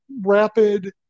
rapid